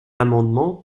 amendement